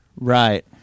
Right